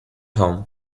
home